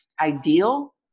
ideal